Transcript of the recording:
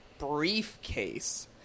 briefcase